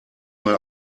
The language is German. mal